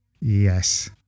yes